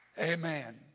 Amen